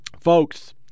Folks